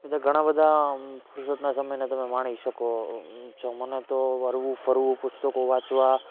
એવી રીતે ઘણા બધા ફુરસતના સમયને તમે માણી શકો છું મને તો હરવું ફરવું પુસ્તકો વાંચવા